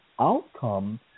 outcome